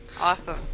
Awesome